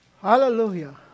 Hallelujah